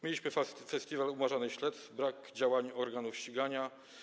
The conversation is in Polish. Mieliśmy festiwal umarzanych śledztw, brak działań organów ścigania.